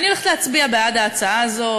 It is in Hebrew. אני הולכת להצביע בעד ההצעה הזאת,